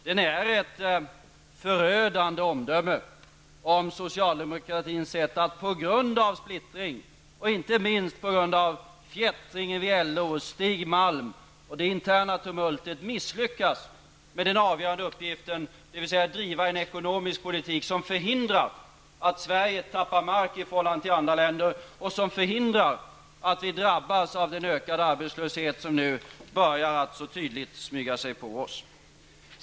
Det är ett förödande omdöme om socialdemokratins sätt att på grund av splittring, och inte minst på grund av fjättringen vid LO och Stig Malm och det interna tumultet, misslyckas med den avgörande uppgiften, dvs. att driva en ekonomisk politik som förhindrar att Sverige tappar mark i förhållande till andra länder och drabbas av den ökade arbetslöshet som nu tydligen börjar smyga sig på oss.